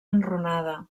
enrunada